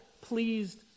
pleased